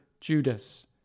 Judas